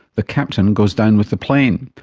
the captain goes down with the plane.